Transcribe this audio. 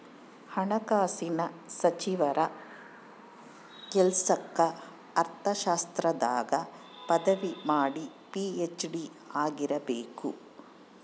ಹಣಕಾಸಿನ ಸಚಿವರ ಕೆಲ್ಸಕ್ಕ ಅರ್ಥಶಾಸ್ತ್ರದಾಗ ಪದವಿ ಮಾಡಿ ಪಿ.ಹೆಚ್.ಡಿ ಆಗಿರಬೇಕು